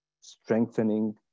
strengthening